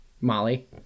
Molly